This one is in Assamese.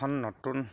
এখন নতুন